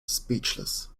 speechless